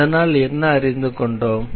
இதனால் என்ன அறிந்துகொண்டோம்